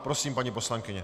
Prosím, paní poslankyně.